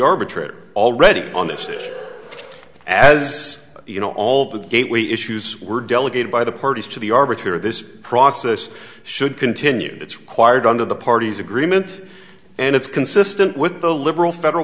arbitrator already on this issue as you know all the gateway issues were delegated by the parties to the arbitrator this process should continue that's required under the party's agreement and it's consistent with the liberal federal